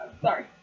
Sorry